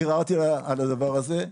ערערתי על הדבר הזה.